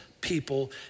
people